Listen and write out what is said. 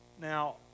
now